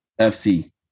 FC